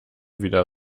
wieder